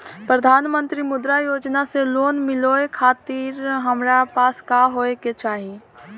प्रधानमंत्री मुद्रा योजना से लोन मिलोए खातिर हमरा पास का होए के चाही?